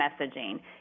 messaging